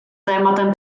tématem